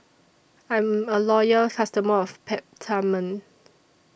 I'm A Loyal customer of Peptamen